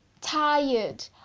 tired